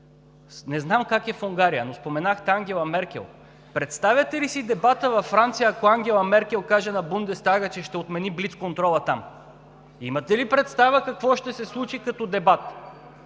Не знам как е в Унгария, но споменахте Ангела Меркел. Представяте ли си дебата в Германия, ако Ангела Меркел каже на Бундестага, че ще отмени блицконтрола там? Имате ли представа какво ще се случи като дебат?